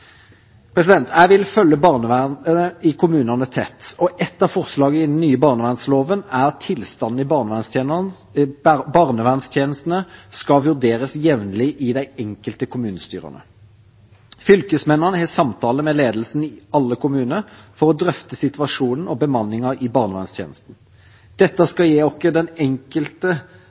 barnevernet. Jeg vil følge barnevernet i kommunene tett, og et av forslagene i den nye barnevernsloven er at tilstanden i barnevernstjenestene skal vurderes jevnlig i de enkelte kommunestyrene. Fylkesmennene har samtaler med ledelsen i alle kommuner for å drøfte situasjonen og bemanningen i barnevernstjenesten. Dette skal gi oss og den enkelte